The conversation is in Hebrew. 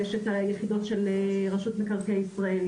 יש את היחידות של רשות מקרקעי ישראל,